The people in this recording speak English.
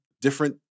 different